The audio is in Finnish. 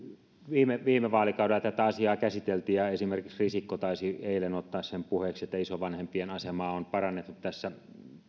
viime viime vaalikaudella tätä asiaa käsiteltiin ja esimerkiksi risikko taisi eilen ottaa sen puheeksi että isovanhempien asemaa on parannettu tässä